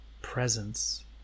presence